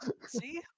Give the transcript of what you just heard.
See